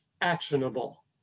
actionable